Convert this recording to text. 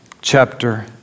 chapter